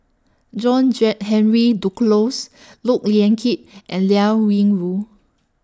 John Henry Duclos Look Yan Kit and Liao Yingru